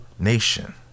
nation